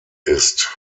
ist